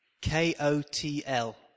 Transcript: K-O-T-L